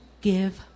give